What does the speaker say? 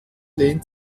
lehnt